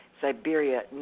Siberia